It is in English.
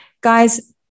Guys